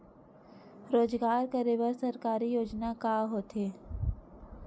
रोजगार करे बर सरकारी योजना का का होथे?